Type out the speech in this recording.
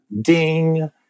ding